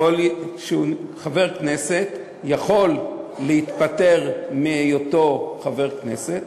שהוא חבר כנסת יכול להתפטר מהיותו חבר כנסת,